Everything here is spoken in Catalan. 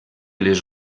les